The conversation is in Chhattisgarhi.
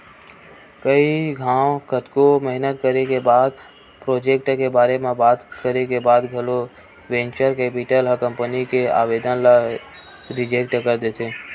कई घांव कतको मेहनत करे के बाद प्रोजेक्ट के बारे म बात करे के बाद घलो वेंचर कैपिटल ह कंपनी के आबेदन ल रिजेक्ट कर देथे